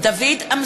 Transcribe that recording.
נגד דוד אמסלם,